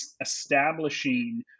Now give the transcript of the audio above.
establishing